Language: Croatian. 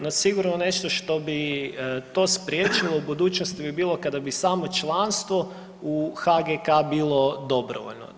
No sigurno nešto bi to spriječilo u budućnosti bi bilo kada bi samo članstvo u HGK bilo dobrovoljno.